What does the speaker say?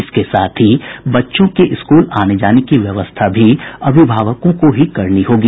इसके साथ ही बच्चों के स्कूल आने जाने की व्यवस्था भी अभिभावकों को ही करनी होगी